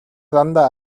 дандаа